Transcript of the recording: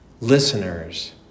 listeners